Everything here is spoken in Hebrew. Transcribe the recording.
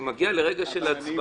כשזה מגיע לרגע של הצבעה,